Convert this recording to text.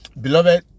Beloved